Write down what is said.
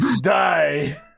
die